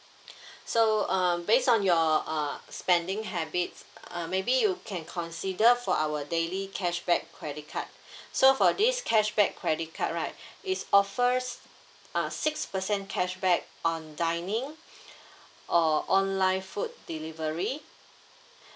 so uh based on your uh spending habits uh maybe you can consider for our daily cashback credit card so for this cashback credit card right its offers uh six percent cashback on dining or online food delivery